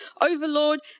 overlord